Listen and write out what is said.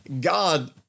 God